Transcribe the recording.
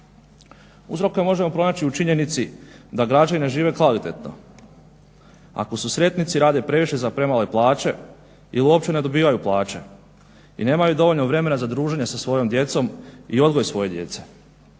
Uzroke možemo pronaći u činjenici da građani ne žive kvalitetno. Ako su sretnici rade previše za premale plaće ili uopće ne dobivaju plaće i nemaju dovoljno vremena za druženje sa svojom djecom i odgoj svoje djece.